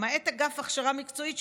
למעט אגף הכשרה מקצועית,